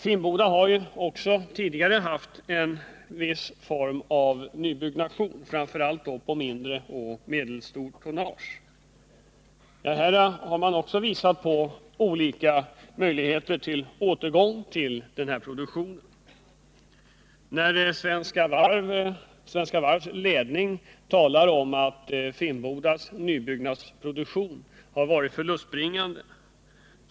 Finnboda har tidigare haft en viss nybyggnation, framför allt av mindre och medelstort tonnage, och personalen har visat på olika möjligheter till återgång till sådan produktion. Svenska Varvs ledning anför att Finnbodas nybyggnadsproduktion har varit förlustbringande.